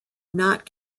not